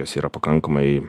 jos yra pakankamai